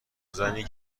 زنی